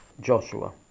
Joshua